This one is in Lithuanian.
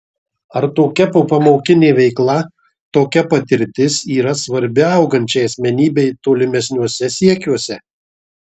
ar tokia popamokinė veikla tokia patirtis yra svarbi augančiai asmenybei tolimesniuose siekiuose